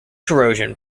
corrosion